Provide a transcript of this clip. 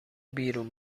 بیرون